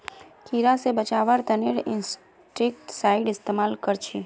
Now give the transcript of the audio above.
कीड़ा से बचावार तने इंसेक्टिसाइड इस्तेमाल कर छी